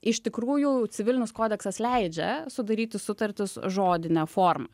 iš tikrųjų civilinis kodeksas leidžia sudaryti sutartis žodine forma